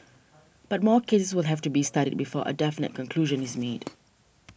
but more cases will have to be studied before a definite conclusion is made